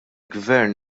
gvern